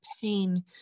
pain